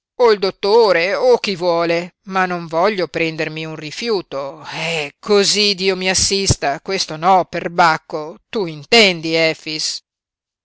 il dottore o chi vuole ma non voglio prendermi un rifiuto eh cosí dio mi assista questo no perbacco tu intendi efix efix